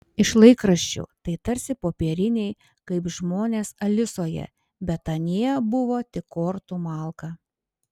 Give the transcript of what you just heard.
iš laikraščių tai tarsi popieriniai kaip žmonės alisoje bet anie buvo tik kortų malka